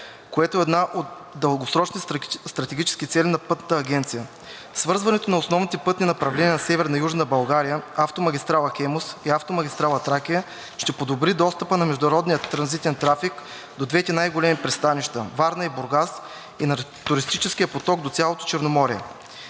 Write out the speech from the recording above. което е една от дългосрочните стратегически цели на Пътната агенция. Свързването на основните пътни направления на Северна и Южна България, автомагистрала „Хемус“ и автомагистрала „Тракия“, ще подобри достъпа на международния транзитен трафик до двете най-големи пристанища – Варна и Бургас, и на туристическия поток до цялото Черноморие.